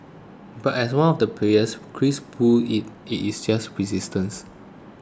but as one of the players Chris puts it it's just persistence